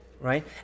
right